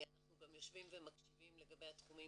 אנחנו גם יושבים ומקשיבים לגבי התחומים